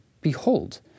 Behold